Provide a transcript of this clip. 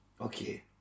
Okay